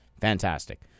Fantastic